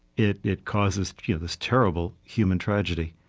it it causes you know this terrible human tragedy.